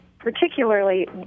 particularly